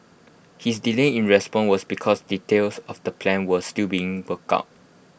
his delay in response was because details of the plan were still being worked out